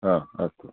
अस्तु